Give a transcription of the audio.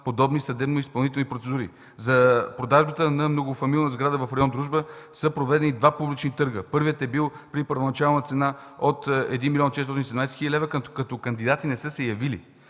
подобни съдебно изпълнителни процедури. За продажбата на многофамилна сграда в район „Дружба” са проведени два публични търга. Първият е бил при първоначална цена от 1 млн. 417 хил. лв., но кандидати не са се явили.